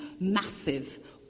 massive